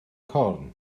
corn